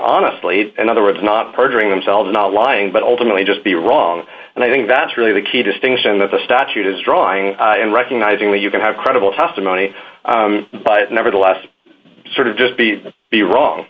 honestly and other words not perjuring themselves not lying but ultimately just be wrong and i think that's really the key distinction that the statute is drawing and recognizing that you can have credible testimony but nevertheless sort of just be the wrong